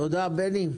תודה, בני.